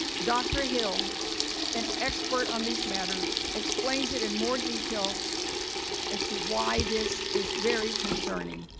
dr. hill an expert on these matters explains it in more detail as to why this is very concerning.